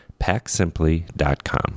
PackSimply.com